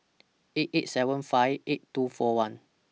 eight eight seven five eight two four one